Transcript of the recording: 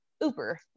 uber